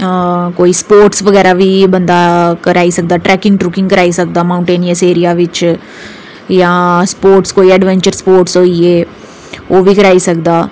कोई स्पोर्टस बगैरा बी बंदा कराई सकदा ते ट्रेकिंग कराई सकदा माऊंटेनस एरिया बिच जां स्पोर्टस जां एडबेंचर स्पोर्टस होई गे ओहबी कराई सकदा